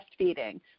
breastfeeding